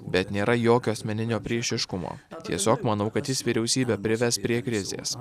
bet nėra jokio asmeninio priešiškumo tiesiog manau kad jis vyriausybę prives prie krizės